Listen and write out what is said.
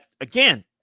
again